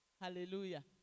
Hallelujah